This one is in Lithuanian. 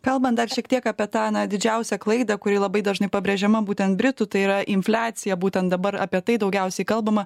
kalbant dar šiek tiek apie tą na didžiausią klaidą kuri labai dažnai pabrėžiama būtent britų tai yra infliacija būtent dabar apie tai daugiausiai kalbama